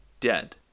dead